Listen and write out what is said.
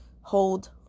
hold